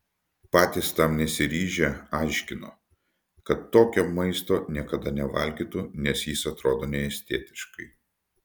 patys tam nesiryžę aiškino kad tokio maisto niekada nevalgytų nes jis atrodo neestetiškai